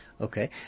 Okay